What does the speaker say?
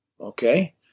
Okay